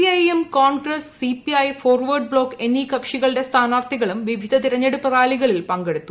C P IM Congress C P I Forward Bloc എന്നീ കക്ഷികളുടെ സ്ഥാനാർത്ഥികളും വിവിധ തിരഞ്ഞെടിപ്പ് റാലികളിൽ പങ്കെടുത്തു